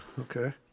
Okay